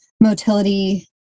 motility